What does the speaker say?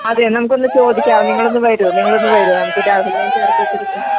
അതെ നമുക്കൊന്ന് ചോദിക്കാം നിങ്ങൾ ഒന്ന് വരൂ നിങ്ങൾ ഒന്ന് വരൂ നമുക്ക് രാഹുലിനേയും ചേർത്ത് വെച്ചിട്ട്